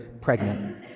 pregnant